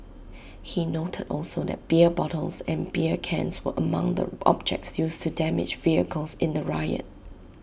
he noted also that beer bottles and beer cans were among the objects used to damage vehicles in the riot